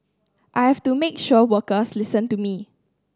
I have to make sure workers listen to me